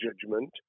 judgment